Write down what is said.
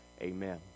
amen